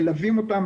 מלווים אותם,